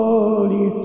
Holy